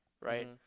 right